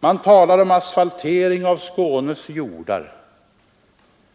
Man talar om asfaltering av Skånes jordar,